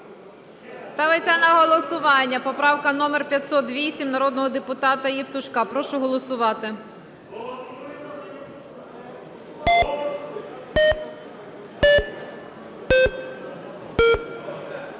Ставиться на голосування поправка номер 508 народного депутата Євтушка. Прошу голосувати.